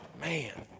Man